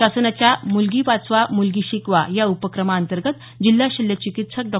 शासनाच्या मुलगी वाचवा मुलगी शिकवा या उपक्रमातंर्गत जिल्हा शल्य चिकित्सक डॉ